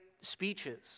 speeches